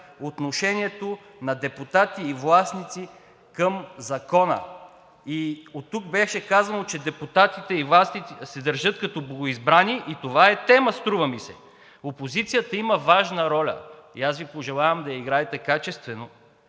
отношението на депутати и властници към закона. Оттук беше казано, че депутатите и властите се държат като богоизбрани и това е тема, струва ми се. Опозицията има важна роля и аз Ви пожелавам да я играете качествено